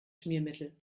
schmiermittel